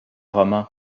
roman